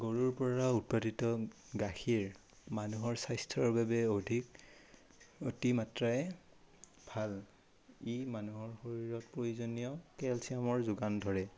গৰুৰ পৰা উৎপাদিত গাখীৰ মানুহৰ স্বাস্থ্যৰ বাবে অধিক অতি মাত্ৰাই ভাল ই মানুহৰ শৰীৰত প্ৰয়োজনীয় কেলচিয়ামৰ যোগান ধৰে